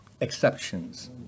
exceptions